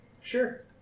Sure